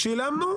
שילמנו,